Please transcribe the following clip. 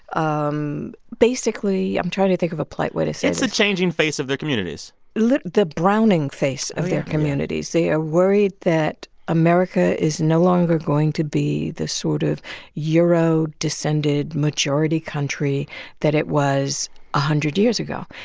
um basically i'm trying to think of a polite way to say this it's the changing face of their communities like the browning face of their communities. they are worried that america is no longer going to be the sort of euro-descended-majority country that it was a hundred years ago.